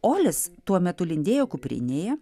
olis tuo metu lindėjo kuprinėje